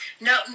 No